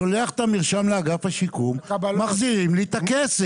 שולח את הקבלה לאגף השיקום ומחזירים לי את הכסף.